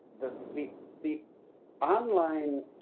the the the online